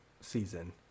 season